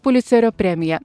pulicerio premiją